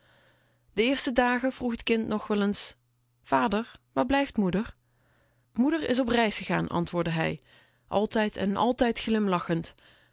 de eerste dagen vroeg'tkind nog wel eens vader waar blijft moeder moeder is op reis gegaan antwoordde hij altijd en altijd glimlachend